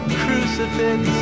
crucifix